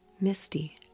Misty